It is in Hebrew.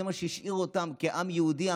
זה מה שהשאיר אותם כעם יהודי,